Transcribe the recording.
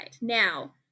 Now